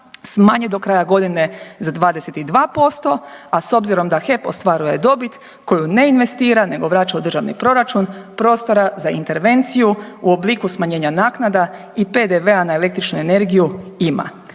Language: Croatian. smanje do kraja godine za 22%, a s obzirom da HEP ostvaruje dobit koju ne investira nego vraća u državni proračun, prostora za intervenciju u obliku smanjenja naknada i PDV-a na električnu energiju ima.